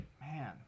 Man